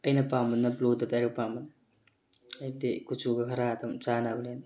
ꯑꯩꯅ ꯄꯥꯝꯕꯅ ꯕ꯭ꯂꯨꯗ ꯗꯥꯏꯔꯦꯛ ꯄꯥꯝꯕꯅꯤ ꯍꯥꯏꯕꯗꯤ ꯀꯨꯆꯨꯒ ꯈꯔ ꯑꯗꯨꯝ ꯆꯥꯅꯕꯅꯤꯅ